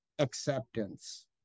acceptance